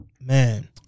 Man